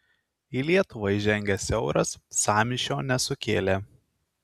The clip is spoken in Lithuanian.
į lietuvą įžengęs euras sąmyšio nesukėlė